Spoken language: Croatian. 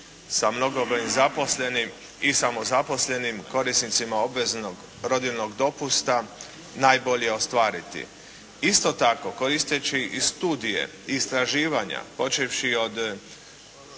sa mnogobrojnim zaposlenim i samozaposlenim korisnicima obveznog rodiljnog dopusta najbolje ostvariti. Isto tako, koristeći i studije, istraživanja počevši od